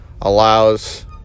allows